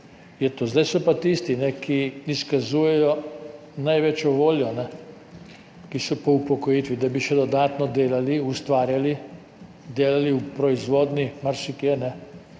Zdaj so pa tisti, ki izkazujejo največjo voljo po upokojitvi, da bi še dodatno delali, ustvarjali, delali v proizvodnji, marsikje